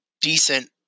decent